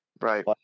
right